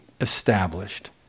established